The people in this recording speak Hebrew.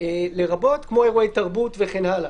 לרבות כמו אירוע תרבות וכן הלאה.